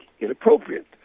inappropriate